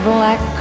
Black